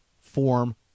form